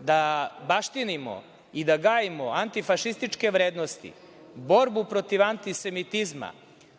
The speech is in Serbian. da baštinimo i da gajimo antifašističke vrednosti, borbu protiv antisemitizma,